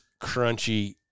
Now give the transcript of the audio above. crunchy